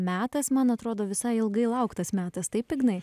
metas man atrodo visai ilgai lauktas metas taip ignai